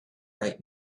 right